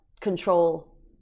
control